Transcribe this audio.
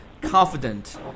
confident